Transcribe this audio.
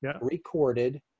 recorded